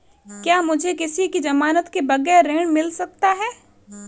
क्या मुझे किसी की ज़मानत के बगैर ऋण मिल सकता है?